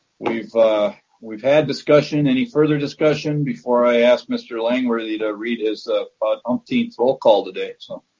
we've we've had discussion, any further discussion before i ask mr. langworthy to read his ah ah umpteenth roll call today?